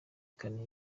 kane